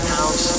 House